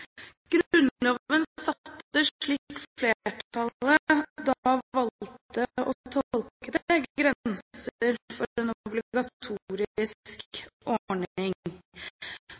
valgte å tolke det, grenser for en obligatorisk ordning.